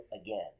again